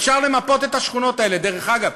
אפשר למפות את השכונות האלה, דרך אגב.